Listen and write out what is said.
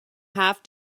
half